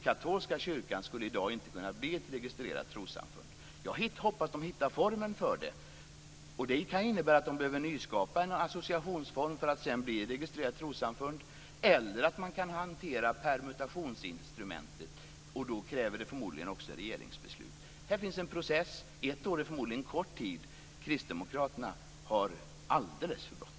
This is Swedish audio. Katolska kyrkan skulle i dag inte kunna bli ett registrerat trossamfund. Kyrkan hoppas att hitta formen, vilket innebär att man kan behöva skapa en ny associationsform för att sedan bli ett registrerat trossamfund eller att man kan hantera permutationsinstrumentet - vilket förmodligen kräver ett regeringsbeslut. Det finns en process. Ett år är förmodligen kort tid. Kristdemokraterna har alldeles för bråttom.